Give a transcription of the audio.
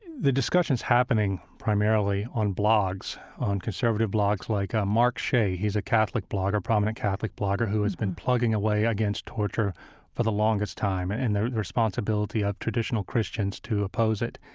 the discussion's happening primarily on blogs, on conservative blogs like ah mark shea. he's a catholic blogger, prominent catholic blogger, who has been plugging away against torture for the longest time and and the the responsibility of traditional christians to oppose it.